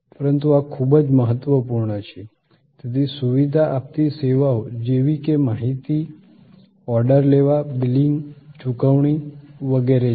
પરંતુ આ ખૂબ જ મહત્વપૂર્ણ છે તેથી સુવિધા આપતી સેવાઓ જેવી કે માહિતી ઓર્ડર લેવા બિલિંગ ચુકવણી વગેરે છે